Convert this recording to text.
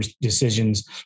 decisions